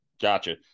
Gotcha